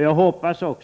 Jag hoppas att